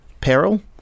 peril